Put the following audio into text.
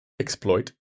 exploit